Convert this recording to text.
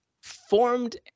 Formed